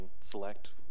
select